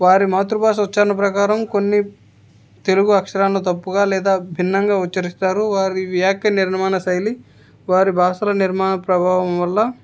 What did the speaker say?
వారి మాతృభాష ఉచ్చరణ ప్రకారం కొన్ని తెలుగు అక్షరాలను తప్పుగా లేదా భిన్నంగా ఉచ్చరిస్తారు వారి వ్యాక్య నిర్మాణ శైలి వారి భాషల నిర్మాణ ప్రభావం వల్ల